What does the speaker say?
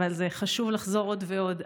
אבל זה חשוב לחזור עוד ועוד,